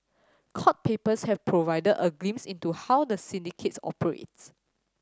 court papers have provided a glimpse into how the syndicates operates